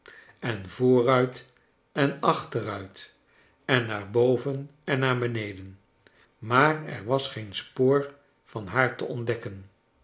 en vooruit en achteruit en naar boven en naar beneden maar er was geen spoor van haar te ontdekken